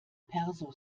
perso